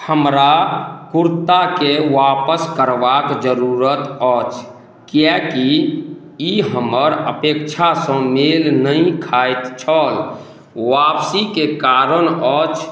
हमरा कुर्ताके आपस करबाक जरूरत अछि किएकि ई हमर अपेक्षासँ मेल नहि खाइत छल आपसीके कारण अछि